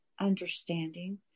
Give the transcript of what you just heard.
understanding